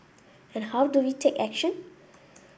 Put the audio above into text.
and how do we take action